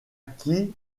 qui